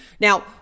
now